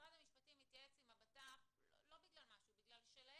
משרד המשפטים יתייעץ עם הבט"פ בגלל שלהם